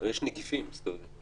יש נגיפים מסתובבים.